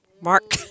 Mark